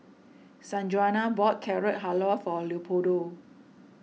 Sanjuana bought Carrot Halwa for Leopoldo